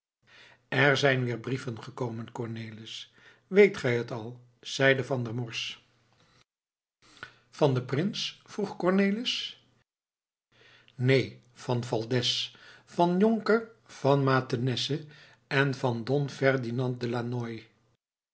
er zijn weer brieven gekomen cornelis weet gij het al zeide van der morsch van den prins vroeg cornelis neen van valdez van jonker van mathenesse en van don ferdinand de lanoy